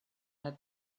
her